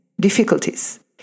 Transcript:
Difficulties